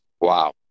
Wow